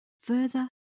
further